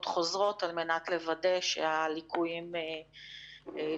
חוזרות על מנת לוודא הליקויים תוקנו.